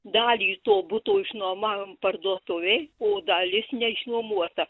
dalį to buto išnuomavom parduotuvei o dalis neišnuomota